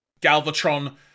Galvatron